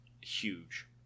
huge